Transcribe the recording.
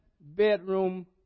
bedroom